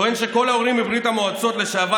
טוען שכל העולים מברית המועצות לשעבר